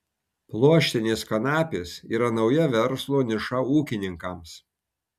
pluoštinės kanapės yra nauja verslo niša ūkininkams